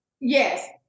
Yes